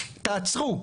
תעצרו,